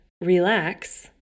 relax